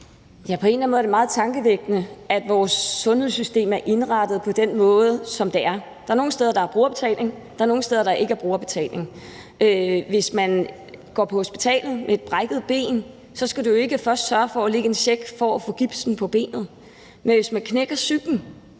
På en eller anden måde er det meget tankevækkende, at vores sundhedssystem er indrettet på den måde, som det er. Der er nogle steder, hvor der er brugerbetaling, og der er andre steder, hvor der ikke er brugerbetaling. Hvis man kommer på hospitalet med et brækket ben, skal man jo ikke først sørge for at lægge en check for at få gips på benet, men hvis man knækker psyken,